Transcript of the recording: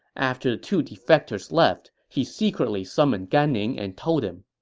after the two defectors left, he secretly summoned gan ning and told him,